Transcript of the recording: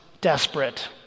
desperate